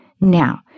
Now